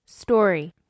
story